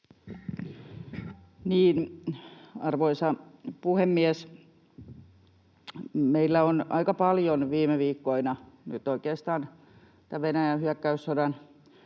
Arvoisa puhemies! Meillä on aika paljon viime viikkoina nyt oikeastaan